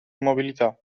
immobilità